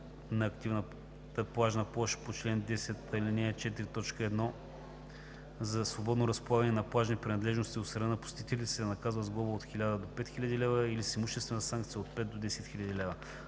на активната плажна площ по чл. 10, ал. 4, т. 1 за свободно разполагане на плажни принадлежности от страна на посетителите, се наказва с глоба от 1000 до 5000 лв. или с имуществена санкция от 5000 до 10 000 лв.